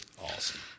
awesome